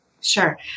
Sure